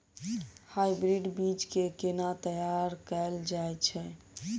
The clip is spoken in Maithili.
हाइब्रिड बीज केँ केना तैयार कैल जाय छै?